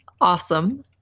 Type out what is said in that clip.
awesome